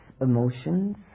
emotions